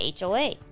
HOA